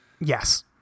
Yes